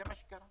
זה מה שקרה.